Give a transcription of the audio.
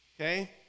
Okay